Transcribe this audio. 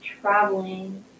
traveling